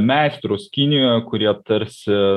meistrus kinijoje kurie tarsi